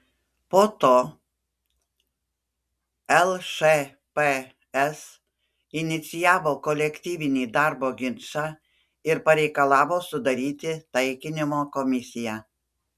po to lšps inicijavo kolektyvinį darbo ginčą ir pareikalavo sudaryti taikinimo komisiją